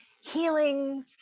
healing